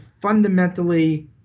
fundamentally